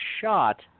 shot